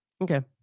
Okay